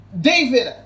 David